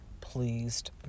pleased